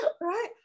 right